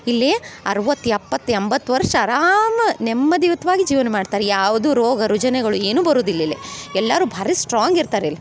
ಇಲ್ಲಿ ಅರವತ್ತು ಎಪ್ಪತ್ತು ಎಂಬತ್ತು ವರ್ಷ ಅರಾಮ ನೆಮ್ಮದಿಯುತವಾಗಿ ಜೀವನ ಮಾಡ್ತಾರೆ ಯಾವುದು ರೋಗ ರುಜಿನಗಳು ಏನೂ ಬರುದಿಲ್ಲ ಇಲ್ಲಿ ಎಲ್ಲರು ಭಾರಿ ಸ್ಟ್ರಾಂಗ್ ಇರ್ತಾರ್ ಇಲ್